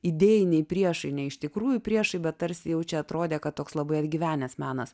idėjiniai priešai ne iš tikrųjų priešai bet tarsi jaučia atrodė kad toks labai atgyvenęs menas